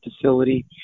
facility